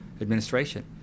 administration